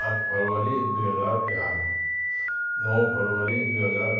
आठ फेब्रुअरी दुई हजार एघार नौ फेब्रुअरी दुई हजार